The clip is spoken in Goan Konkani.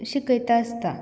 शिकयता आसता